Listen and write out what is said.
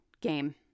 game